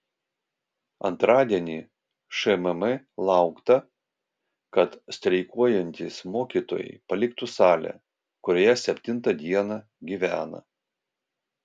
antradienį šmm laukta kad streikuojantys mokytojai paliktų salę kurioje septinta diena gyvena